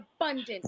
abundant